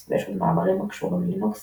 ללינוקס; ויש עוד מאמרים הקשורים ללינוקס